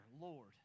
Lord